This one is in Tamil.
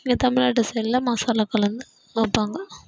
இங்கே தமிழ்நாட்டு சைடில் மசாலா கலந்து எல்லாம் வைப்பாங்க